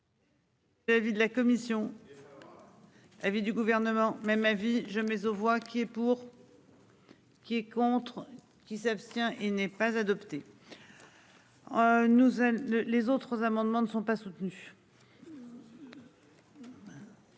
L'avis de la commission. Avis du gouvernement. Même avis je mets aux voix qui est pour.-- Qui est contre qui s'abstient et n'est pas adopté. Nous elle le les autres amendements ne sont pas soutenus.--